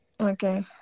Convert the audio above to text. okay